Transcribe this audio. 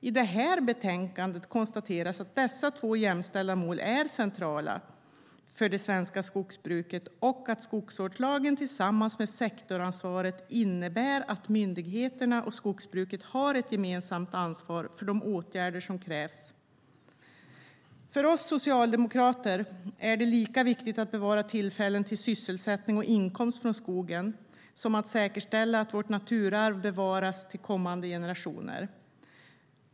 I det här betänkandet konstateras att dessa två jämställda mål är centrala för det svenska skogsbruket och att skogsvårdslagen tillsammans med sektorsansvaret innebär att myndigheterna och skogsbruket har ett gemensamt ansvar för de åtgärder som krävs. För oss socialdemokrater är det lika viktigt att bevara tillfällen till sysselsättning och inkomst från skogen som att säkerställa att vårt naturarv bevaras till kommande generationer.